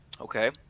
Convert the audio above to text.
Okay